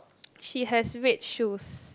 she has red shoes